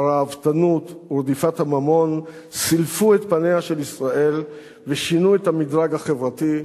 הראוותנות ורדיפת הממון סילפו את פניה של ישראל ושינו את המדרג החברתי.